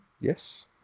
Yes